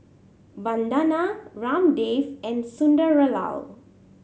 Vandana Ramdev and Sunderlal